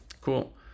Cool